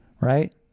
right